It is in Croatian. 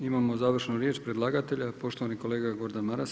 Imamo završnu riječ predlagatelja, poštovani kolega Gordan Maras.